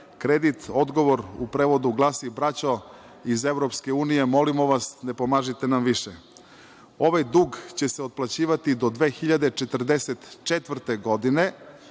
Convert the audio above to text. kredit, odgovor u prevodu glasi – braćo iz EU, molim vas ne pomažite nam više. Ovaj dug će se otplaćivati do 2044. godine,